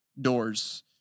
doors